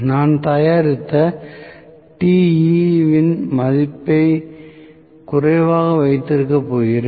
நான் தயாரித்த Te வின் மதிப்பை குறைவாக வைத்திருக்கப் போகிறேன்